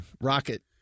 Rocket